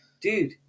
Dude